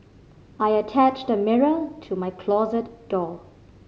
I attached a mirror to my closet door